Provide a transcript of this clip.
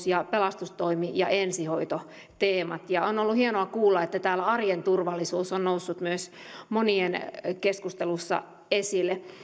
ja turvallisuuden sekä pelastustoimi ja ensihoitoteemat on ollut hienoa kuulla että täällä myös arjen turvallisuus on noussut paljon keskustelussa esille